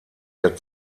der